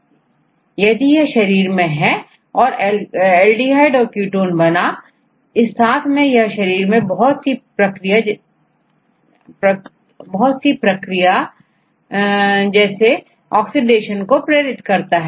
इसके अलावा यह अल्कोहल डीहाइड्रोजिनेजबहुत सारी उत्प्रेरक क्रियाएं जैसे ऑक्सीडेशन के लिए भी महत्वपूर्ण है